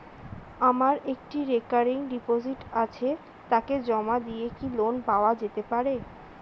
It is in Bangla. আমার একটি রেকরিং ডিপোজিট আছে তাকে জমা দিয়ে কি লোন পাওয়া যেতে পারে?